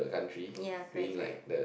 ya correct correct